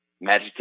Magic